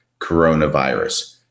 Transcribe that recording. coronavirus